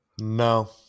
No